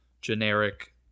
generic